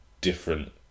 different